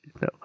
No